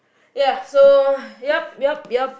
ya so yup yup yup